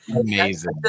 Amazing